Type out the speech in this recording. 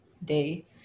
day